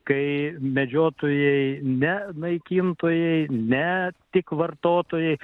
kai medžiotojai ne naikintojai ne tik vartotojai